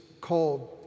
called